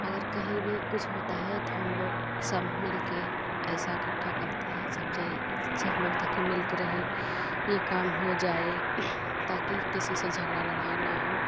अगर कहीं भी कुछ होता है तो हम लोग सब मिलके ऐसा इकट्ठा करते हैं सब जै लोग ताकि मिल के रहे ये काम हो जाए ताकि किसी से झगड़ा लड़ाई ना हो